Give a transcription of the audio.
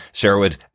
Sherwood